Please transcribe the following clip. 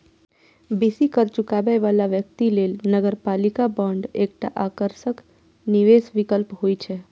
बेसी कर चुकाबै बला व्यक्ति लेल नगरपालिका बांड एकटा आकर्षक निवेश विकल्प होइ छै